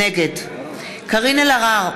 נגד קארין אלהרר,